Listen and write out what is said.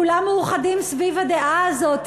כולם מאוחדים סביב הדעה הזאת,